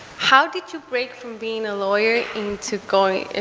how did you break from being a lawyer into going,